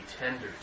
tender